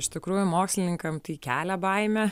iš tikrųjų mokslininkam tai kelia baimę